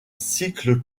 cycle